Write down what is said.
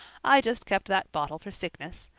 i just kept that bottle for sickness.